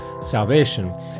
salvation